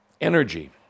Energy